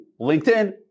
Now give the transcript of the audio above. LinkedIn